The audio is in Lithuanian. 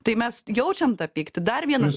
tai mes jaučiam tą pyktį dar vienas